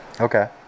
okay